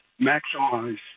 maximize